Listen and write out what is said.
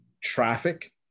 traffic